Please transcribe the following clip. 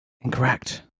Incorrect